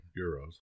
Euros